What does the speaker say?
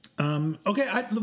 Okay